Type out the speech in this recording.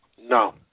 no